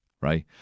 right